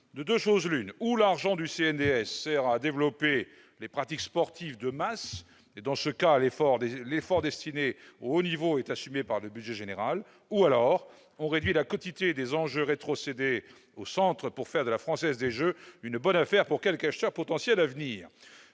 De deux choses l'une : ou l'argent du CNDS sert à développer les pratiques sportives de masse et, dans ce cas, l'effort destiné au haut niveau est assumé par le budget général, ou alors, on réduit la quotité des enjeux rétrocédés au Centre pour faire de la Française des jeux une bonne affaire pour quelque acheteur potentiel d'avenir